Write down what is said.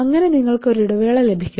അങ്ങനെ നിങ്ങൾക്ക് ഒരു ഇടവേള ലഭിക്കും